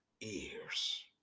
ears